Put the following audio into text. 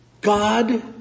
God